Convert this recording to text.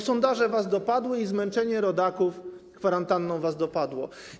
Sondaże was dopadły i zmęczenie rodaków kwarantanną was dopadło.